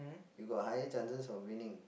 you got higher chances of winning